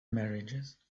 marriages